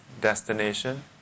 destination